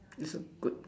it's a good